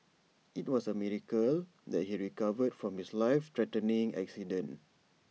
IT was A miracle that he recovered from his life threatening accident